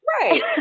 right